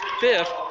fifth